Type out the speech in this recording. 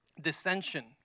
dissension